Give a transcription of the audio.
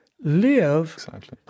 live